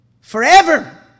forever